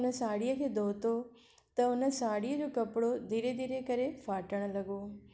उहो वे माउ जी ममता त एतिरी हूंदी आहे जेका पंहिंजी जान ॾेई छ्ॾे